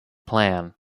plan